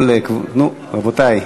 רבותי,